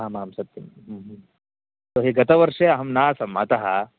आम् आम् सत्यं तर्हि गतवर्षे अहं नासम् अतः